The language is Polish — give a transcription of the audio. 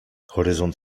horyzont